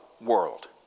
world